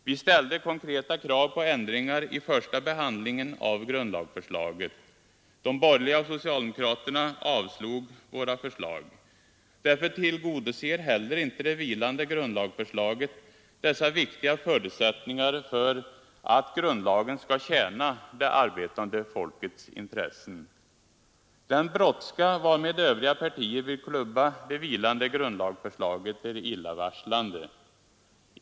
Vi ställde konkreta krav på ändringar i första behandlingen av grundlagsförslaget. De borgerliga och socialdemokraterna avslog våra förslag. Därför tillgodoser heller inte det vilande grundlagsförslaget dessa viktiga förutsättningar för att grundlagen skall tjäna det arbetande folkets intressen. Den brådska varmed övriga partier vill klubba det vilande grundlagsförslaget är illavarslande.